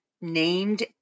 named